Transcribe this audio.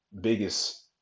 biggest